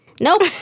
Nope